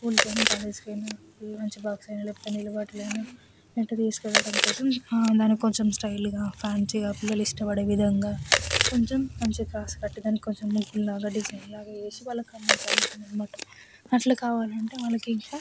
స్కూల్కి అయినా కాలేజ్కి అయినా లంచ్ బాక్స్ అయినా లేకపోతే నీళ్ళ బాటిల్ అయినా వెంట తీసుకెళ్ళడం కోసం దానికి కొంచెం స్టైల్గా ఫ్యాన్సీగా పిల్లలు ఇష్టపడే విధంగా కొంచెం మంచిగా క్రాస్ పెట్టి దానికి కొంచెం ముగ్గులాగా డిజైన్లాగా వేసి దాన్ని మేము అమ్ముతా అమ్ముతాము అన్నమాట అట్లా కావాలంటే వాళ్ళకి ఇంకా